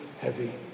heavy